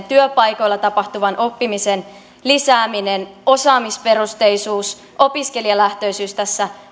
työpaikoilla tapahtuvan oppimisen lisääminen osaamisperusteisuus opiskelijalähtöisyys tässä